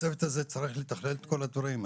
הצוות הזה צריך לתכלל את כל הדברים.